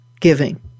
giving